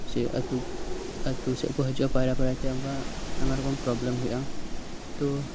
ᱥᱮ ᱟᱛᱳ ᱥᱮᱫ ᱠᱚ ᱦᱤᱡᱩᱜᱼᱟ ᱚᱱᱠᱟ ᱯᱟᱭᱨᱟ ᱯᱟᱭᱨᱟ ᱛᱮ ᱚᱱᱠᱟ ᱟᱭᱢᱟ ᱨᱚᱠᱚᱢ ᱯᱨᱚᱵᱽᱞᱮᱢ ᱦᱳᱭᱳᱜᱼᱟ ᱛᱚ